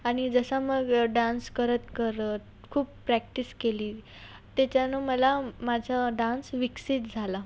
आणि जसा मग डान्स करत करत खूप प्रॅक्टिस केली त्याच्यानं मला माझा डान्स विकसित झाला